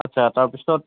আচ্ছা তাৰ পিছত